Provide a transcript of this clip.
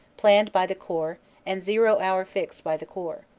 planned by the corps and zero hour fixed by the corps.